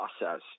process